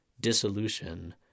dissolution